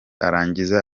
arangize